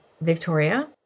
Victoria